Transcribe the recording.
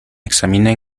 examinen